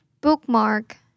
Bookmark